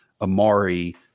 Amari